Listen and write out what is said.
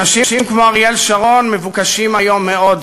אנשים כמו אריאל שרון מבוקשים היום מאוד